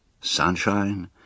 Sunshine